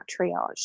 triage